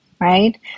right